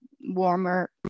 warmer